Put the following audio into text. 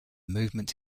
movement